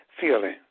feeling